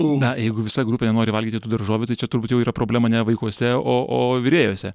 na jeigu visa grupė nenori valgyti tų daržovių tai čia turbūt jau yra problema ne vaikuose o o virėjose